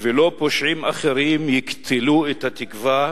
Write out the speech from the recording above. ולא פושעים אחרים יקטלו את התקווה